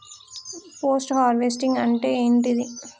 Post harvesting అంటే ఏంటిది?